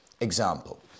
Example